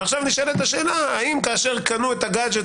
ועכשיו נשאלת השאלה האם כאשר קנו את הגאדג'ט